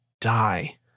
die